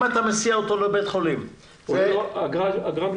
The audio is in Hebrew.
אם אתה מסיע אותו לבית חולים --- אז הוא משלם אגרה מלאה.